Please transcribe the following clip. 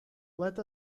let